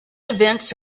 events